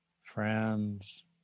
friends